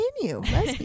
Continue